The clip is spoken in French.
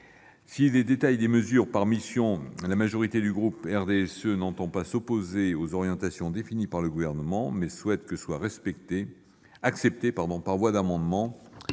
Sur le détail des mesures par mission, la majorité du groupe RDSE n'entend pas s'opposer aux orientations définies par le Gouvernement, mais elle souhaite que soient adoptées, par voie d'amendements,